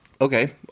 okay